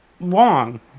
Long